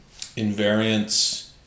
invariance